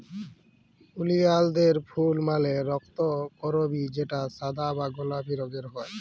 ওলিয়ালদের ফুল মালে রক্তকরবী যেটা সাদা বা গোলাপি রঙের হ্যয়